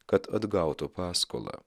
kad atgautų paskolą